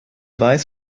weiß